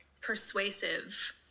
persuasive